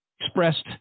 expressed